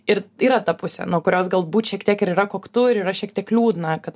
ir yra ta pusė nuo kurios galbūt šiek tiek ir yra koktu ir yra šiek tiek liūdna kad